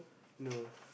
no